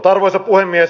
arvoisa puhemies